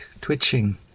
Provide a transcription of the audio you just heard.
twitching